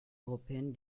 européenne